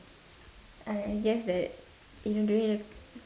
I I guess that you know during the